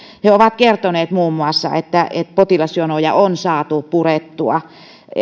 he ovat kertoneet muun muassa että potilasjonoja on saatu purettua